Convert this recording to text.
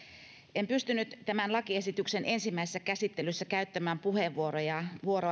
en pystynyt tämän lakiesityksen ensimmäisessä käsittelyssä käyttämään puheenvuoroa